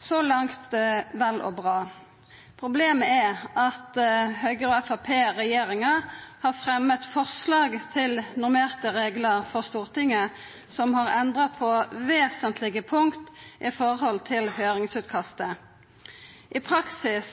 så langt vel og bra. Problemet er at Høgre–Framstegsparti-regjeringa har fremja eit forslag til normerte reglar for Stortinget som er endra på vesentlege punkt i forhold til høyringsutkastet. I praksis